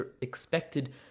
expected